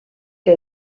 que